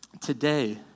today